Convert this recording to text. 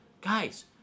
guys